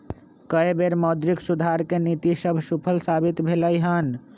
कय बेर मौद्रिक सुधार के नीति सभ सूफल साबित भेलइ हन